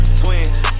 twins